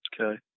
Okay